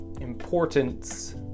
importance